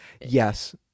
Yes